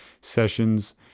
sessions